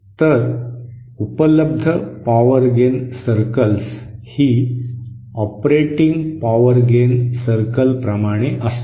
तर उपलब्ध power gain circles ही ऑपरेटिंग पॉवर गेन सर्कलप्रमाणे असतात